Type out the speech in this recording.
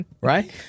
Right